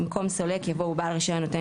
במקום "וסולק" יבוא "ובעל רישיון נותן